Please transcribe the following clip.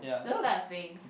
those type of thing